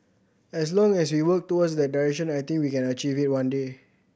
as long as we work towards that direction I think we can achieve it one day